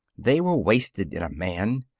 they were wasted in a man.